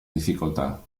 difficoltà